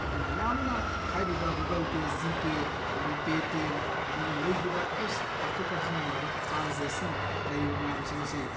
ꯑꯗꯨꯅ ꯌꯥꯝꯅ ꯍꯥꯏꯔꯤꯕ ꯒꯨꯒꯜ ꯄꯦ ꯖꯤ ꯄꯦ ꯑꯗꯒꯤ ꯄꯦ ꯇꯤ ꯑꯦꯝ ꯑꯗꯨꯒ ꯂꯩꯈ꯭ꯔꯤꯕ ꯑꯦꯞꯁ ꯀꯥꯞꯊꯣꯛ ꯀꯥꯞꯁꯤꯟ ꯌꯥꯕ ꯇ꯭ꯔꯥꯟꯖꯦꯛꯁꯟ ꯂꯩꯔꯤꯕ ꯃꯌꯥꯝꯁꯤꯡ ꯑꯁꯤ